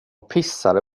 pissade